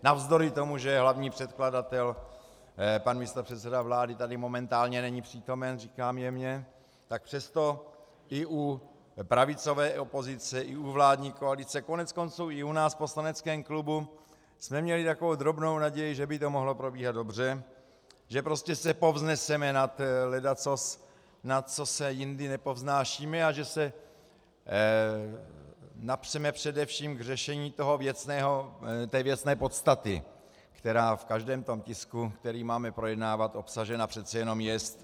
Navzdory tomu, že hlavní předkladatel, pan místopředseda vlády, tady momentálně není přítomen, říkám jemně, tak přesto i u pravicové opozice i u vládní koalice, koneckonců i u nás v poslaneckém klubu jsme měli takovou drobnou naději, že by to mohlo probíhat dobře, že prostě se povzneseme nad ledacos, nad co se jindy nepovznášíme, a že se napřeme především k řešení toho věcného, té věcné podstaty, která v každém tom tisku, který máme projednávat, obsažena přece jenom jest.